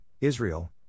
Israel